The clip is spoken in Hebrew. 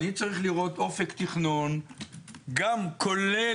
אני צריך לראות אופק תכנון גם כולל